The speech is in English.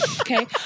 Okay